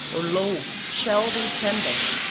or low, shelving sand-banks,